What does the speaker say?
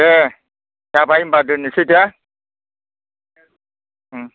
दे जाबाय होनब्ला दोननोसै दे ओम